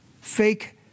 fake